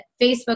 Facebook